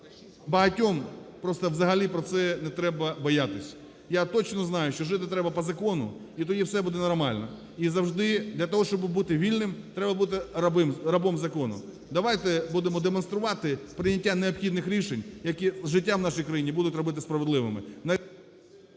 багатьом просто взагалі про це не треба боятися. Я точно знаю, що жити треба по закону, і тоді все буде нормально. І зажди для того, щоби бути вільним, треба бути рабом закону. Давайте будемо демонструвати прийняття необхідних рішень, які життя в нашій країні будуть робити справедливими…